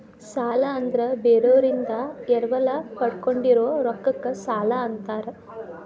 ಸಾಲ ಅಂದ್ರ ಬೇರೋರಿಂದ ಎರವಲ ಪಡ್ಕೊಂಡಿರೋ ರೊಕ್ಕಕ್ಕ ಸಾಲಾ ಅಂತಾರ